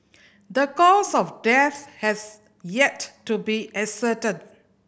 the cause of death has yet to be ascertained